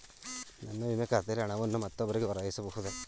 ನನ್ನ ವಿಮೆ ಖಾತೆಯಲ್ಲಿನ ಹಣವನ್ನು ಮತ್ತೊಬ್ಬರಿಗೆ ವರ್ಗಾಯಿಸ ಬಹುದೇ?